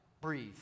Breathe